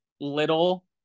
little